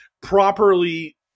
properly